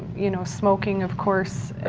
you know, smoking, of course,